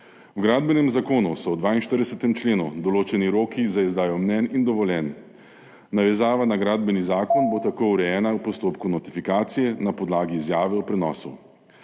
V Gradbenem zakonu so v 42. členu določeni roki za izdajo mnenj in dovoljenj, navezava na Gradbeni zakon bo tako urejena v postopku notifikacije na podlagi izjave o prenosu.